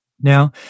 Now